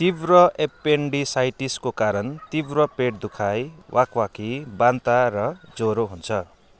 तीव्र एपेन्डिसाइटिसको कारण तीव्र पेट दुखाइ वाकवाकी बान्ता र ज्वरो हुन्छ